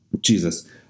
Jesus